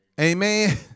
Amen